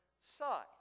side